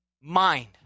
mind